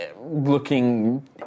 looking